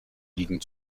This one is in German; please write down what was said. liegen